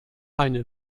eine